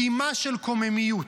קימה של קוממיות.